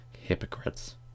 Hypocrites